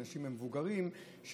אנשים מבוגרים,